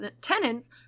tenants